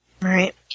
Right